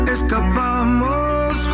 Escapamos